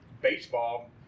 baseball